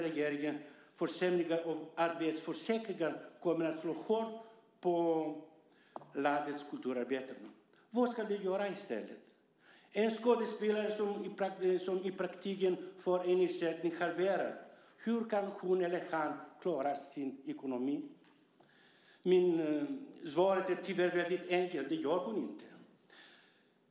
Regeringens försämringar av arbetslöshetsförsäkringen kommer att slå mot landets kulturarbetare. Vad ska de göra i stället? Hur ska en skådespelare som i praktiken får en ersättning halverad kunna klara sin ekonomi? Svaret är tyvärr väldigt enkelt: Det gör man inte.